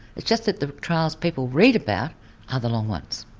it's just that the trials people read about are the long ones.